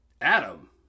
Adam